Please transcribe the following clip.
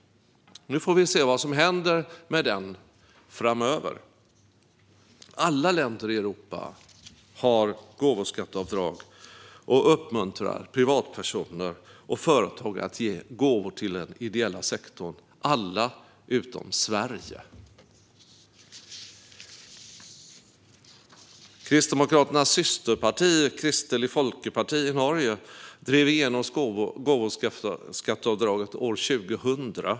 Nu får vi se vad som händer med detta framöver. Alla länder i Europa har gåvoskatteavdrag och uppmuntrar privatpersoner och företag att ge gåvor till den ideella sektorn - alla utom Sverige. Kristdemokraternas systerparti Kristelig folkeparti i Norge drev igenom gåvoskatteavdraget år 2000.